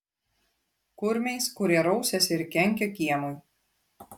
kurmiais kurie rausiasi ir kenkia kiemui